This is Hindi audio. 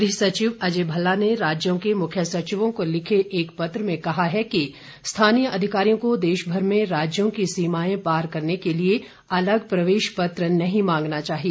गृह सचिव अजय भल्ला ने राज्यों के मुख्य सचिवों को लिखे एक पत्र में कहा है कि स्थानीय अधिकारियों को देशभर में राज्यों की सीमाएं पार करने के लिए अलग प्रवेश पत्र नहीं मांगना चाहिए